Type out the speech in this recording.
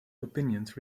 opinions